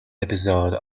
episode